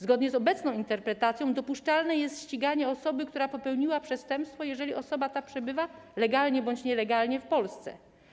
Zgodnie z obecną interpretacją dopuszczalne jest ściganie osoby, która popełniła przestępstwo, jeśli osoba ta przebywa, legalnie bądź nielegalnie, w Polsce.